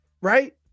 Right